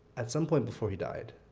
at some point before he died,